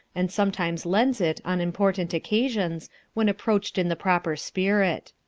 and sometimes lends it on important occasions when approached in the proper spirit.